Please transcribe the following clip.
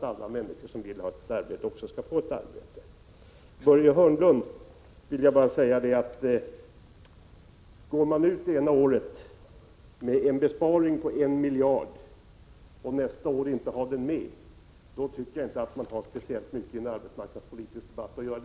där alla människor som vill ha ett arbete också skall få ett arbete. Till Börje Hörnlund vill jag bara säga att om man ena året går ut med ett besparingsförslag på 1 miljard kronor och nästa år inte har det förslaget med, då har man inte speciellt mycket i en arbetsmarknadspolitisk debatt att göra.